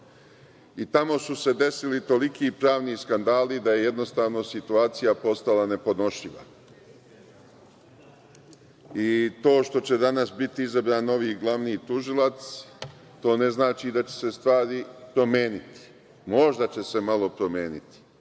i tamo su se desili toliki pravni skandali da jednostavno situacija postala nepodnošljiva.I to što će danas biti izabran novi i glavni tužilac to ne znači da će se stvari promeniti. Možda će se malo promeniti,